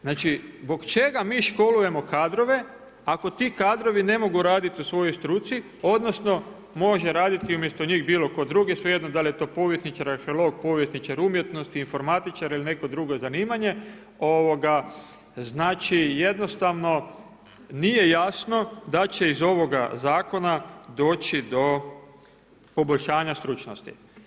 Znači, zbog čega mi školujemo kadrove, ako ti kadrovi ne mogu raditi u svojoj struci, o9dn, može raditi umjesto njih bilo tko drugi, svejedno da li je to povjesničar, arheolog, povjesničar umjetnosti, informatičar ili neko drugo zanimanje, znači jednostavno, nije jasno da će iz ovoga zakona doći do poboljšanja stručnosti.